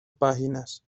páginas